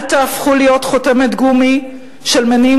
אל תהפכו להיות חותמת גומי של מניעים